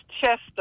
Chester